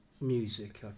Music